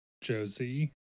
Josie